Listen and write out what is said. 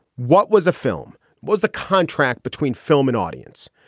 what was a film was the contract between film and audience.